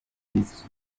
z’ubuvuzi